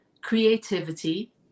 creativity